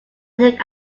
think